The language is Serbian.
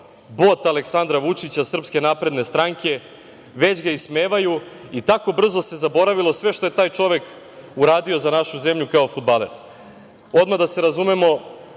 bot Aleksandra Vučića, SNS, već ga ismevaju i tako brzo se zaboravilo sve što je taj čovek uradio za našu zemlju kao fudbaler. Da se razumemo.